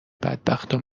بدبختو